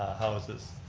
houses.